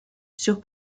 sur